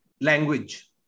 language